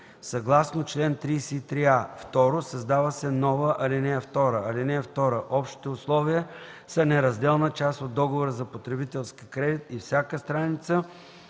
съгласно чл. 33а;”. 2. Създава се нова ал. 2: „(2) Общите условия са неразделна част от договора за потребителски кредит и всяка страница